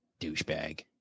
Douchebag